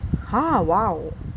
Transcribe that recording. !huh! !wow!